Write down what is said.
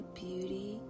beauty